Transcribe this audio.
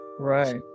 Right